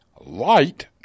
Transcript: light